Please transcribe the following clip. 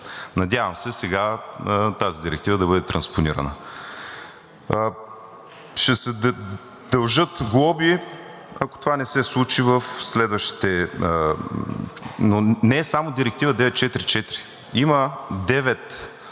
Надявам се сега тази директива да бъде транспонирана. Ще се дължат глоби, ако това не се случи в следващите… Но не е само Директива 944 – има